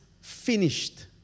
finished